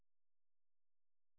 ಹಾಂ ಯಾವ ಹೂ ಬೇಕು ನಿಮಗೆ